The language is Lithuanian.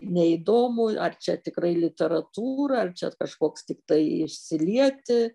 neįdomu ar čia tikrai literatūra ar čia kažkoks tiktai išsilieti